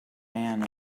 man